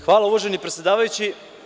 Hvala uvaženi predsedavajući.